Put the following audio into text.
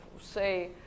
say